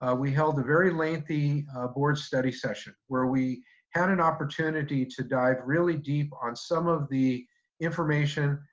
ah we held a very lengthy board study session where we had an opportunity to dive really deep on some of the information,